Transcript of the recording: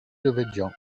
devedjian